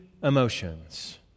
Emotions